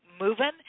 moving